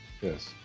Yes